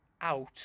out